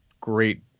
great